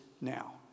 now